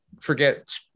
Forget